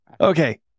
Okay